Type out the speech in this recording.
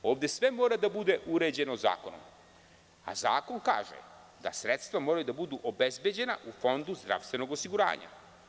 Ovde sve mora da bude uređeno zakonom, a zakon kaže da sredstva moraju da budu obezbeđena u Fondu zdravstvenog osiguranja.